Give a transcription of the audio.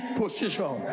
position